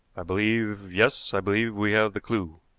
i believe yes, i believe we have the clew.